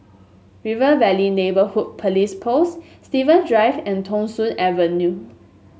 River Valley Neighbourhood Police Post Steven Drive and Thong Soon Avenue